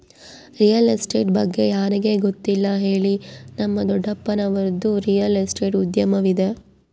real estate ಬಗ್ಗೆ ಯಾರಿಗೆ ಗೊತ್ತಿಲ್ಲ ಹೇಳಿ, ನಮ್ಮ ದೊಡ್ಡಪ್ಪನವರದ್ದು ರಿಯಲ್ ಎಸ್ಟೇಟ್ ಉದ್ಯಮವಿದೆ